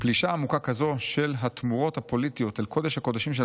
פלישה עמוקה כזו של התמורות הפוליטיות אל קודש הקודשים של